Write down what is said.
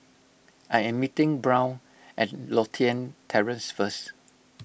I am meeting Brown at Lothian Terrace first